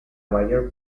mayor